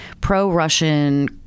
pro-Russian